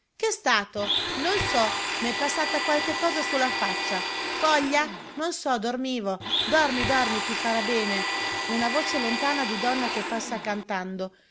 compagno ch'è stato non so m'è passata qualche cosa su la faccia foglia non so dormivo dormi dormi ti farà bene una voce lontana di donna che passa cantando